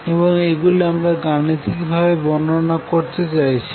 এবং এইগুলি আমরা গানিতিক ভাবে বর্ণনা করতে চাইছি